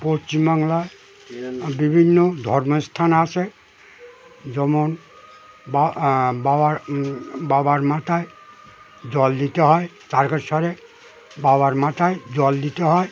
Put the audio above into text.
পশ্চিমবাংলায় বিভিন্ন ধর্মস্থান আছে যেমন বা বাবার বাবার মাথায় জল দিতে হয় তারকেশ্বরে বাবার মাথায় জল দিতে হয়